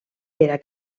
era